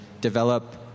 develop